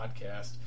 podcast